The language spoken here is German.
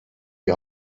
die